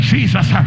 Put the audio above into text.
Jesus